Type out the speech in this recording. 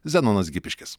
zenonas gipiškis